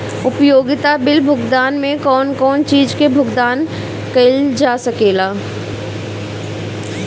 उपयोगिता बिल भुगतान में कौन कौन चीज के भुगतान कइल जा सके ला?